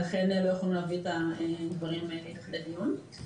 לכן לא יכולנו להביא את הדברים לכדי דיון.